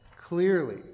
clearly